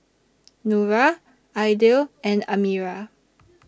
Nura Aidil and Amirah